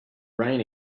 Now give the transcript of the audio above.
rain